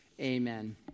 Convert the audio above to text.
Amen